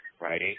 right